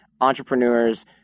entrepreneurs